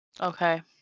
Okay